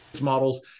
models